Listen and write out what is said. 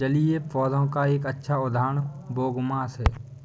जलीय पौधों का एक अच्छा उदाहरण बोगमास है